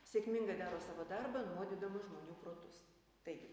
sėkmingai daro savo darbą nuodydama žmonių protus taigi